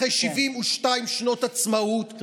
אחרי 72 שנות עצמאות,